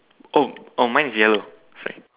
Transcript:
oh oh mine is yellow sorry